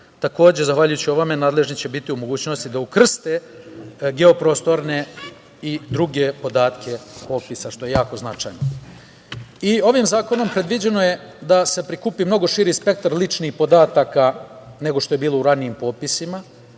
propisa. Takođe, zahvaljujući ovome nadležni će biti u mogućnosti da ukrste geoprostorne i druge podatke popisa, što je jako značajno. Ovim zakonom je predviđeno i da se prikupi mnogo širi spektar ličnih podataka nego što je bilo u ranijim popisima,